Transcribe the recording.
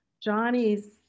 Johnny's